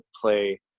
play